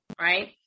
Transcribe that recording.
right